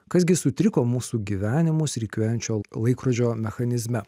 kas gi sutriko mūsų gyvenimus rikiuojančio laikrodžio mechanizme